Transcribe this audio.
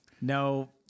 No